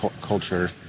culture